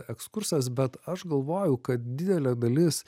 ekskursas bet aš galvoju kad didelė dalis